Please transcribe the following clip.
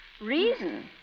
Reason